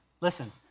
Listen